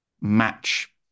match